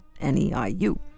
NEIU